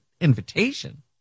invitation